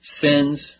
Sins